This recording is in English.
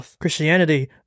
Christianity